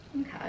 Okay